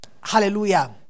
hallelujah